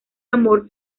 amor